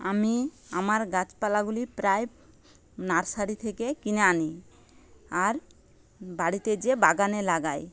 আমি আমার গাছপালাগুলি প্রায় নার্সারি থেকে কিনে আনি আর বাড়িতে যেয়ে বাগানে লাগাই